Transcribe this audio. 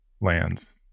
lands